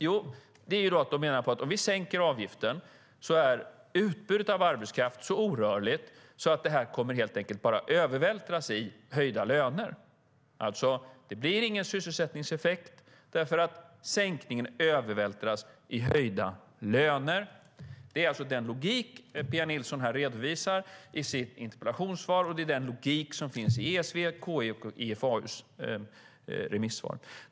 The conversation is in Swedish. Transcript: Jo, om vi sänker avgiften är utbudet av arbetskraft så orörligt att det helt enkelt kommer att övervältras i höjda löner. Alltså: det blir ingen sysselsättningseffekt, därför att sänkningen övervältras i höjda löner. Det är den logik som Pia Nilsson redovisar i sin interpellation, och det är den logik som finns i ESV:s, KI:s och IFAU:s remissvar.